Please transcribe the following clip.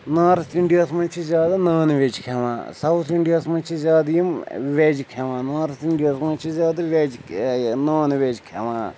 north اِنٛڈیاہَس منٛز چھِ زیادٕ نان وٮ۪ج کھٮ۪وان ساوُتھ اِنٛڈیاہَس منٛز چھِ زیادٕ یِم وٮ۪ج کھٮ۪وان نارٕتھ اِنٛڈیاہَس منٛز چھِ زیادٕ وٮ۪ج یہِ نان وٮ۪ج کھٮ۪وان